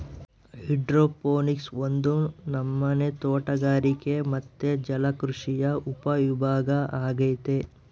hydroponics ಒಂದು ನಮನೆ ತೋಟಗಾರಿಕೆ ಮತ್ತೆ ಜಲಕೃಷಿಯ ಉಪವಿಭಾಗ ಅಗೈತೆ